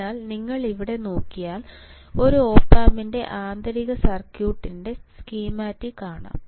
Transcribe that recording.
അതിനാൽ നിങ്ങൾ ഇവിടെ നോക്കിയാൽ ഒരു OP AMP ൻറെ ആന്തരിക സർക്യൂട്ട്ൻറെ സ്കീമാറ്റിക് കാണാം